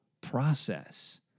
process